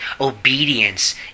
obedience